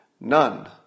None